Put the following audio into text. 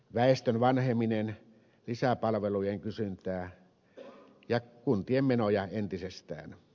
väestön vanheneminen lisää palvelujen kysyntää ja kuntien menoja entisestään